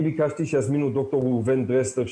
אני ביקשתי שיזמינו את ד"ר ראובן דרסלר,